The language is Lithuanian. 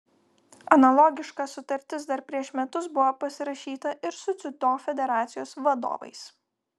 analogiška sutartis dar prieš metus buvo pasirašyta ir su dziudo federacijos vadovais